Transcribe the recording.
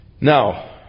Now